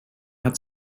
hat